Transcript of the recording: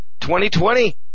2020